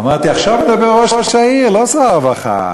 אמרתי: עכשיו מדבר ראש העיר, לא שר הרווחה.